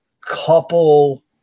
couple